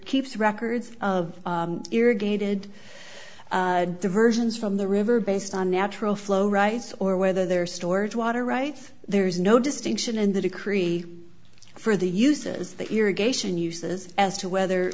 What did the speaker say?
keeps records of irrigated diversions from the river based on natural flow rights or whether there are storage water rights there is no distinction in the decree for the uses the irrigation uses as to whether